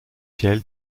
ciel